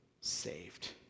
saved